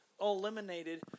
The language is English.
eliminated